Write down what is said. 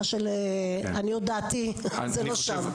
מה שלעניות דעתי, זה לא שם.